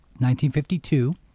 1952